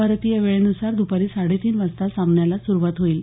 भारतीय वेळेनुसार द्पारी साडेतीन वाजता सामन्याला सुरुवात होईल